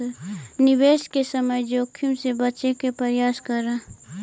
निवेश के समय जोखिम से बचे के प्रयास करऽ